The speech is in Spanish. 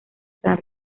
san